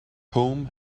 home